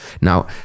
Now